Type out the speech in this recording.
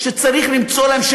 שצריך למצוא להן,